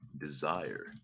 Desire